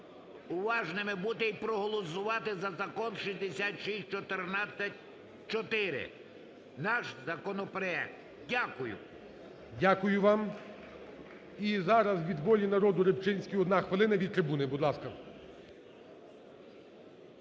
уважними бути і проголосувати за закон 6614-4, наш законопроект. Дякую. ГОЛОВУЮЧИЙ. Дякую вам. І зараз від "Волі народу" Рибчинський, одна хвилина. Від трибуни, будь ласка.